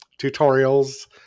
tutorials